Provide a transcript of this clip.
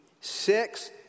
Six